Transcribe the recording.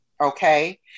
Okay